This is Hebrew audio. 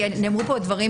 כי נאמרו פה דברים,